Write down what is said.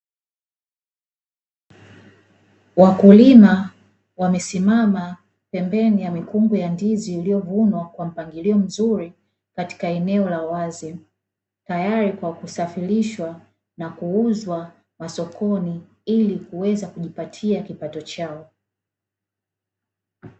Wakulima wamesimama pembeni ya mikungu ya ndizi iliyovunwa kwa mpangilio mzuri katika eneo la wazi, tayari kwa kusafirishwa na kuuzwa masokoni ili kuweza kujipatia kipato chao.